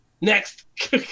Next